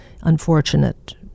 unfortunate